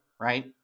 Right